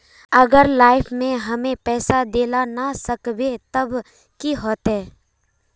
अगर लाइफ में हैम पैसा दे ला ना सकबे तब की होते?